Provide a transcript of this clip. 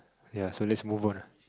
ya so let's move on ah